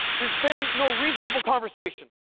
there's been no reasonable conversation.